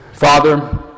Father